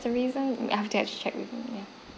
the reason I have to check with him yeah